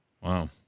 Wow